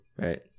Right